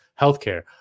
healthcare